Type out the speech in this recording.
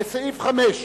לסעיף 4